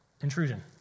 intrusion